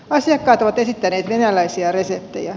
asiakkaat ovat esittäneet venäläisiä reseptejä